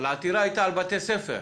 אבל העתירה הייתה על בתי ספר.